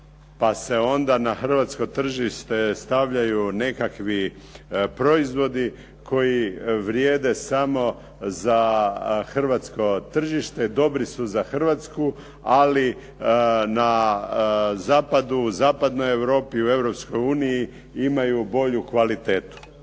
pa se onda na hrvatsko tržište stavljaju nekakvi proizvodi koji vrijede samo za hrvatsko tržište, dobri su za Hrvatsku, ali na zapadu, u zapadnoj Europi, u Europskoj uniji imaju bolju kvalitetu.